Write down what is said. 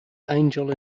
angel